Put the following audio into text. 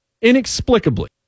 inexplicably